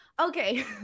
Okay